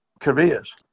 careers